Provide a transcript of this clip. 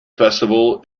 festival